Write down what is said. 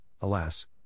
alas